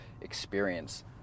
experience